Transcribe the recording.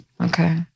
Okay